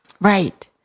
Right